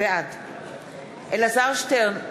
בעד אלעזר שטרן,